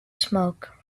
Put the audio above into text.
smoke